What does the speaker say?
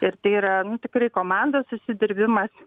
ir tai yra nu tikrai komandos susidirbimas